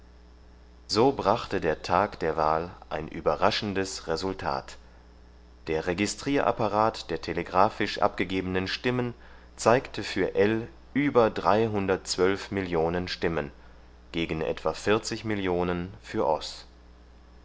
so brachte der tag der wahl ein überraschendes resultat der registrierapparat der telegraphisch abgegebenen stimmen zeigte für ell über millionen stimmen gegen etwa millionen für oß